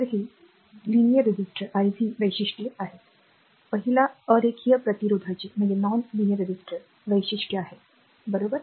तर हे रेखीय प्रतिरोधकाचे iv वैशिष्ट्य आहे प्रथम एक रेखीय प्रतिरोधकाचे वैशिष्ट्य आहे बरोबर